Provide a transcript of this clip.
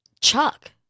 chuck